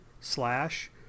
slash